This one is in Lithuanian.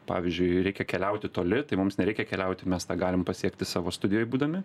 pavyzdžiui reikia keliauti toli tai mums nereikia keliauti mes galim pasiekti savo studijoj būdami